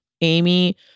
Amy